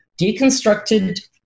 deconstructed